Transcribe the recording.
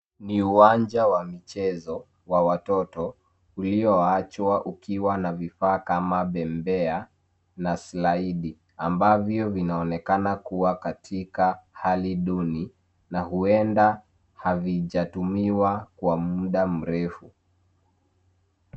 Ni uwanja wa michezo wa watoto ulio achwa ukiwa na vifaka kama bembea na slaidi. Ambavyo vinaonekana kuwa katika hali duni. na huenda havijatumiwa kwa muda mrefu.